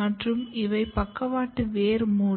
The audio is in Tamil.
மற்றும் இவை பக்கவாட்டு வேர் மூடி